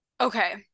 Okay